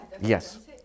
Yes